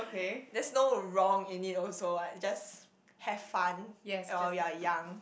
that's no wrong in it also what just have fun while we are young